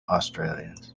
australians